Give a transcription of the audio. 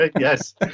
Yes